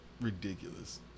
Ridiculous